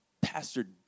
Pastor